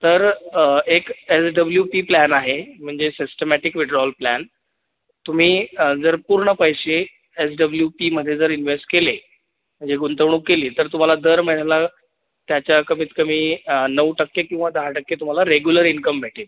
तर एक S W P plan आहे म्हणजे सिस्टमॅटिक विड्रॉअल प्लॅन तुम्ही जर पूर्ण पैसे एस डब्ल्यू पीमध्ये जर इनवेस केले म्हणजे गुंतवणूक केली तर तुम्हाला दर महिन्याला त्याच्या कमीतकमी नऊ टक्के किंवा दहा टक्के तुम्हाला रेगुलर इन्कम भेटेल